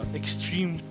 extreme